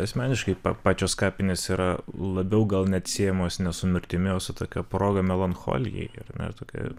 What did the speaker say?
asmeniškai pačios kapinės yra labiau gal net siejamos ne su mirtimi o su tokia proga melancholijaiar ne tokiai